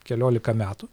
keliolika metų